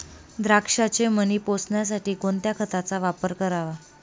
द्राक्षाचे मणी पोसण्यासाठी कोणत्या खताचा वापर करावा?